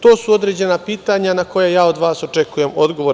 To su određena pitanja na koja ja od vas očekujem odgovor.